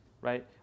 right